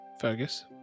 Fergus